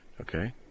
Okay